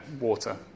water